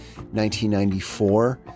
1994